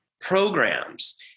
programs